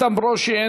איתן ברושי,